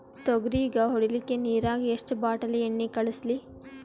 ತೊಗರಿಗ ಹೊಡಿಲಿಕ್ಕಿ ನಿರಾಗ ಎಷ್ಟ ಬಾಟಲಿ ಎಣ್ಣಿ ಕಳಸಲಿ?